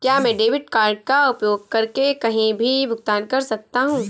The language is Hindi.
क्या मैं डेबिट कार्ड का उपयोग करके कहीं भी भुगतान कर सकता हूं?